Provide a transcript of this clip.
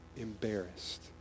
embarrassed